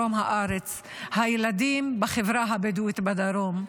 הילדים בחברה הבדואית בדרום,